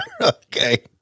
Okay